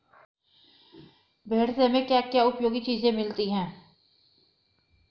भेड़ से हमें क्या क्या उपयोगी चीजें मिलती हैं?